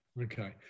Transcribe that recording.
Okay